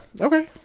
Okay